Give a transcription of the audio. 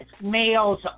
males